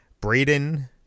Braden